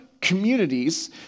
communities